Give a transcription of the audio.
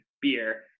beer